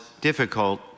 difficult